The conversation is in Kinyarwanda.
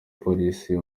polisi